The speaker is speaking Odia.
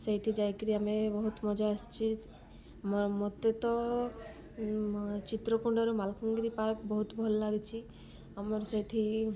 ସେଇଠି ଯାଇ କରି ଆମେ ବହୁତ ମଜା ଆସିଛି ମୋତେ ତ ଚିତ୍ରକୁୁଣ୍ଡରୁ ମାଲକାନଗିରି ପାର୍କ ବହୁତ ଭଲ ଲାଗିଛି ଆମର ସେଇଠି